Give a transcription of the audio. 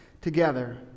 together